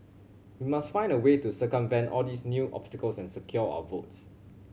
we must find a way to circumvent all these new obstacles and secure our votes